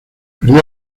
perdió